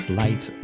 light